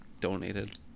donated